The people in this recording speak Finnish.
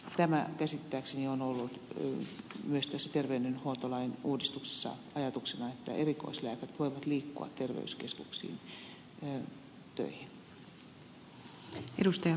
tämä käsittääkseni on ollut myös tässä terveydenhuoltolain uudistuksessa ajatuksena että erikoislääkärit voivat liikkua terveyskeskuksiin töihin